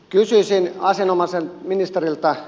kysyisin asianomaiselta ministeriltä